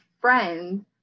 friends